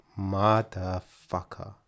Motherfucker